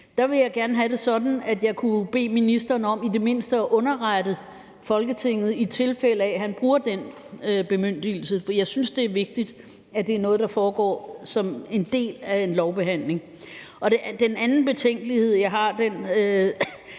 jeg gerne have det sådan, at jeg kunne bede ministeren om i det mindste at underrette Folketinget, i tilfælde af at han bruger den bemyndigelse. For jeg synes, det er vigtigt, at det er noget, der foregår som en del af en lovbehandling. Den anden betænkelighed, jeg har,